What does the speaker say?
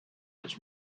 its